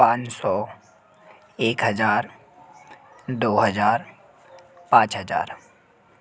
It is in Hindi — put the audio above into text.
पाँच सौ एक हजार दो हजार पाँच हजार